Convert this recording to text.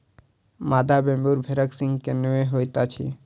मादा वेम्बूर भेड़क सींघ नै होइत अछि